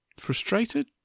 Frustrated